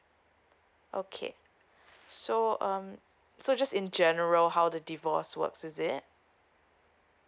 okay so um so just in general how the divorce works is it